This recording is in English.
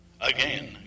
Again